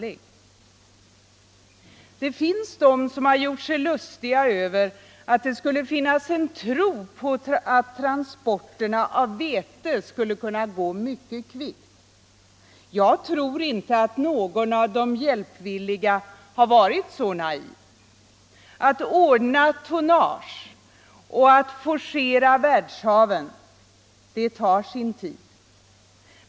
Det finns de som gjort sig lustiga över att det skulle finnas en tro på att transporterna av vete skulle gå mycket kvickt. Jag tror inte att någon av de hjälpvilliga varit så naiv. Att ordna tonnage och att forcera världshaven tar sin tid.